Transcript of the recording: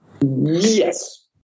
Yes